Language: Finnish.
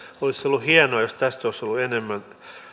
olisi ollut hienoa jos tästä olisi ollut enemmän